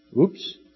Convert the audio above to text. oops